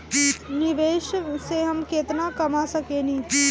निवेश से हम केतना कमा सकेनी?